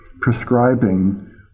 prescribing